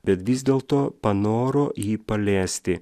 bet vis dėlto panoro jį paliesti